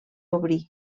obrir